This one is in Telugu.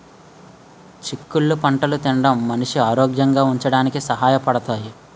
చిక్కుళ్ళు పంటలు తినడం మనిషి ఆరోగ్యంగా ఉంచడానికి సహాయ పడతాయి